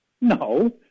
No